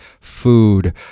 food